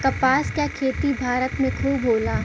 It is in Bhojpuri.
कपास क खेती भारत में खूब होला